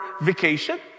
vacation